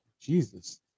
jesus